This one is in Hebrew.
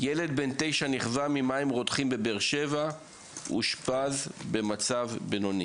ילד בן 9 נכווה ממים רותחים בבאר שבע ואושפז במצב בינוני.